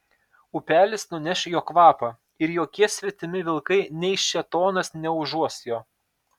upelis nuneš jo kvapą ir jokie svetimi vilkai nei šėtonas neužuos jo